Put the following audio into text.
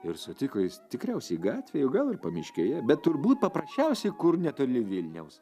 ir sutiko jis tikriausiai gatvėje o gal ir pamiškėje bet turbūt paprasčiausiai kur netoli vilniaus